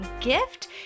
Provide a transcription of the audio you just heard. gift